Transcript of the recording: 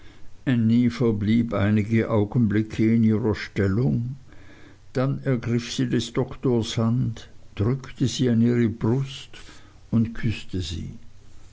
ännie verblieb einige augenblicke in ihrer stellung dann ergriff sie des doktors hand drückte sie an ihre brust und küßte sie